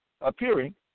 appearing